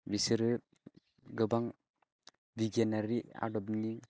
बिसोरो गोबां बिगियानारि आदबनि